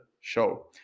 show